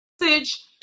message